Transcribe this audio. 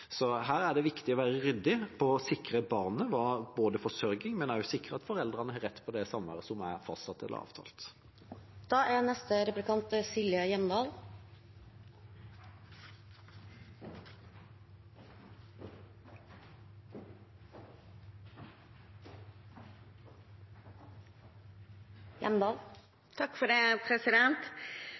Så her er det viktig å være ryddig for å sikre barnet forsørging, og også sikre at foreldrene har rett til det samværet som er fastsatt eller avtalt. Mitt spørsmål til statsråden blir nok ikke det